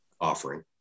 offering